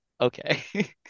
okay